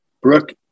Brooke